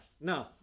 no